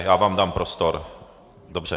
Já vám dám prostor, dobře.